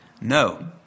no